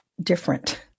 different